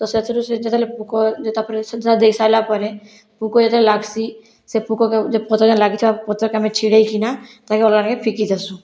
ତ ସେଥିରୁ ସେ ଯେତେବେଲେ ପୁକ ଯେ ତାପରେ ସାର ଦେଇ ସାରିଲା ପରେ ପୁକ ଯେତେବେଲେ ଲାଗସି ସେ ପୁକ ଯେ ପତ୍ରକେ ଲାଗିଥିବା ସେ ପତ୍ରକେ ଆମେ ଛିଡ଼େଇକିନା ତାହାକୁ ଅଲଗା ନେଇ ଫିକି ଦେସୁ